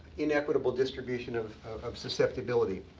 inequitable distribution of of susceptibility.